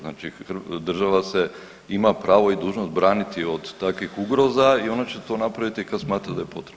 Znači država se ima pravo i dužnost braniti od takvih ugroza i ona će to napraviti kad smatra da je potrebno.